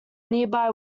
nearby